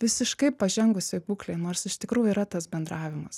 visiškai pažengusioj būklėj nors iš tikrųjų yra tas bendravimas